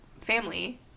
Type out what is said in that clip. family